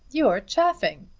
you're chaffing,